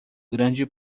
grande